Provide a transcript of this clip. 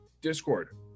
Discord